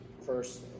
first